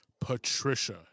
Patricia